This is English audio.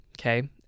okay